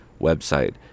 website